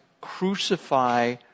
crucify